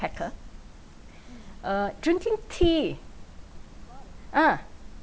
packer uh drinking tea ah